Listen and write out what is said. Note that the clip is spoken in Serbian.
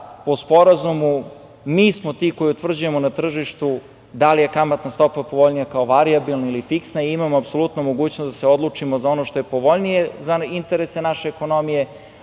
po sporazumu mi smo ti koji utvrđujemo na tržištu da li je kamatna stopa povoljnija kao varijabilna ili fiksna i imamo apsolutno mogućnost da se odlučimo za ono što je povoljnije za interes naše ekonomije,